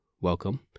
welcome